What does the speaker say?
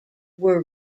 were